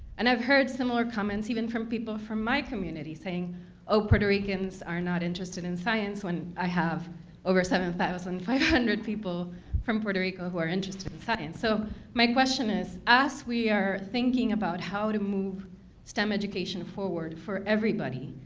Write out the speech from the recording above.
and i've heard similar comments, even from people from my community, saying oh, puerto ricans are not interested in science, when i have over seven thousand five hundred people from puerto rico who are interested in science so my question is as we are thinking about how to move stem education forward for everybody